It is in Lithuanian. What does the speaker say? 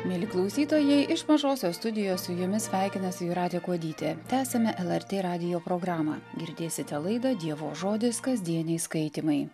mieli klausytojai iš mažosios studijos su jumis sveikinasi jūratė kuodytė tęsiame el er tė radijo programą girdėsite laidą dievo žodis kasdieniai skaitymai